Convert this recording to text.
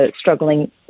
struggling